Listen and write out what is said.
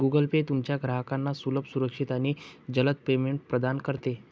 Google pay तुमच्या ग्राहकांना सुलभ, सुरक्षित आणि जलद पेमेंट प्रदान करते